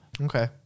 Okay